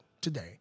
today